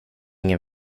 ingen